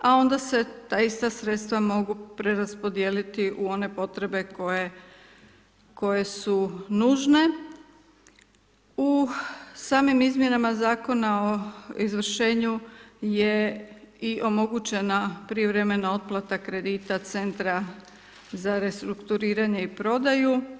A onda se ta ista sredstva mogu preraspodijeliti u one potrebe koje su nužne u samim izmjenama zakona o izvršenju je i omogućena privremena otplata kredita centra za restrukturiranje i prodaju.